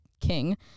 king